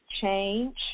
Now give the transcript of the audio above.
change